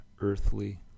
earthly